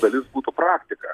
dalis būtų praktika